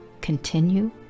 continue